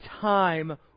time